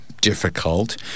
difficult